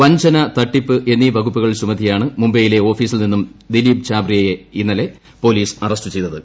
വഞ്ചന തട്ടിപ്പ് എന്നീ വകുപ്പുകൾ ചുമത്തിയാണ് മുംബൈയിലെ ഓഫീസിൽ നിന്നും ദിലീപ് ഛാബ്രിയയെ ഇന്നലെ പോലീസ് അറസ്റ്റ് ചെയ്തത്